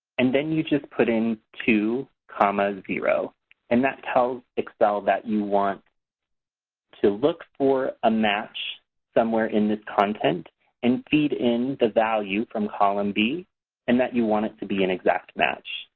and then you just put in two comma zero and that tells excel that you want to look for a match somewhere in this content and feed in the value from column b and that you want it to be an exact match.